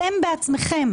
אתם בעצמכם,